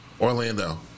Orlando